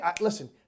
listen